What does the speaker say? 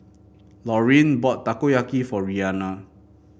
Lauryn bought Takoyaki for Rianna